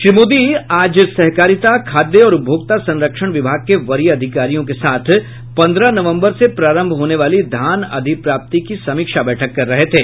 श्री मोदी आज सहकारिता खाद्य और उपभोक्ता संरक्षण विभाग के वरीय अधिकारियों के साथ पन्द्रह नवंबर से प्रारंभ होने वाली धान अधिप्राप्ति की समीक्षा बैठक कर रहे थे